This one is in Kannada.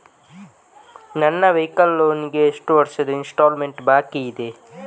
ನನ್ನ ವೈಕಲ್ ಲೋನ್ ಗೆ ಎಷ್ಟು ವರ್ಷದ ಇನ್ಸ್ಟಾಲ್ಮೆಂಟ್ ಬಾಕಿ ಇದೆ?